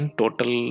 total